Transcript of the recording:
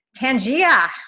Tangia